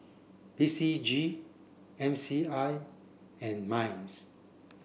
P C G M C I and MINDS